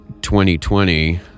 2020